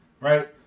right